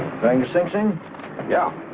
thank you same thing yeah